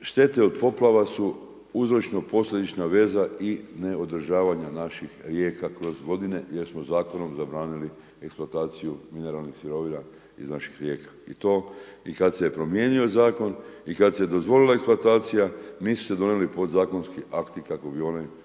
štete od poplava su uzročno posljedična veza i ne održavanja naših rijeka kroz godine jer smo zakonom zabranili eksploataciju mineralnih sirovina iz naših rijeka. I to i kad se je promijenio Zakon i kada se je dozvolila eksploatacija nisu se donijeli podzakonski akti kako bi oni bili